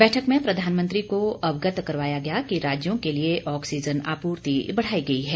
बैठक में प्रधानमंत्री को अवगत करवाया गया कि राज्यों के लिये ऑक्सीजन आपूर्ति बढ़ाई गई है